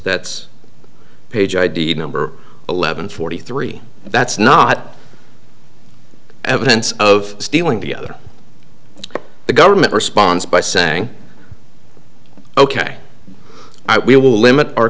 that's page id number eleven forty three that's not evidence of stealing the other the government responds by saying ok we will limit o